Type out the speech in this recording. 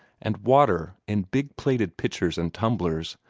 and water in big plated pitchers and tumblers,